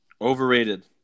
Overrated